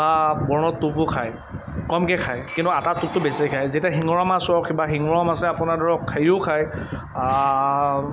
বৰলৰ টোপো খায় কমকৈ খায় কিন্তু আটা টোপটো বেছিকৈ খায় যেতিয়া শিঙৰা মাছ হওক বা শিঙৰ মাছে আপোনাৰ ধৰক হেৰিও খায়